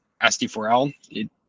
SD4L